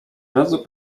razu